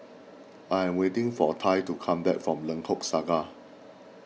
I am waiting for Tai to come back from Lengkok Saga